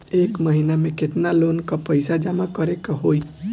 एक महिना मे केतना लोन क पईसा जमा करे क होइ?